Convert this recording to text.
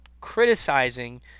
criticizing